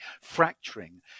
fracturing